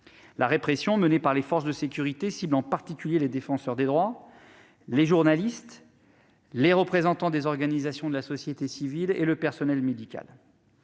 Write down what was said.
La répression menée par les forces de sécurité cible en particulier les défenseurs des droits, les journalistes, les représentants des organisations de la société civile et le personnel médical.